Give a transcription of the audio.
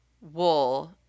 wool